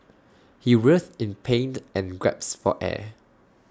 he writhed in pain and gasped for air